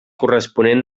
corresponent